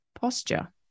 posture